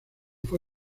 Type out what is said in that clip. fue